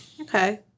Okay